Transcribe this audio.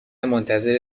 منتظر